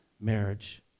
marriage